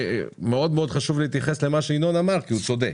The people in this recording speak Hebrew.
חשוב מאוד להתייחס למה שינון אמר כי הוא צודק.